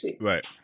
Right